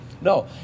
No